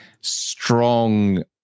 strong